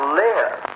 live